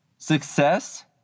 Success